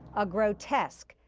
a grotesque,